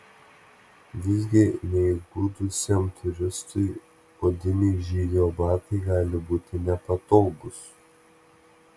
visgi neįgudusiam turistui odiniai žygio batai gali būti nepatogūs